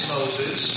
Moses